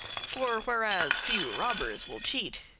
for whereas few robbers will cheat,